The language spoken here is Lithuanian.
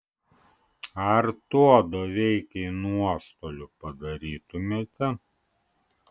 ar tuo doveikai nuostolių padarytumėte